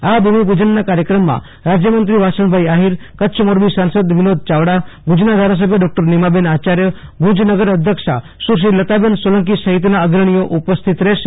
આ ભૂમિ પૂજન કાર્યક્રમમાં રાજ્યમંત્રી વાસણભાઈ આફીર કચ્છ મોરબી સાંસદ વિનોદ યાવડા ભુજના ધારાસભ્ય ડોક્ટર નીમાબહેન આચાર્ય ભુજ નગર અધ્યક્ષ સુશ્રી લતાબહેન સોલંકી સહિતના અગ્રણીઓ ઉપસ્થિત રહેશે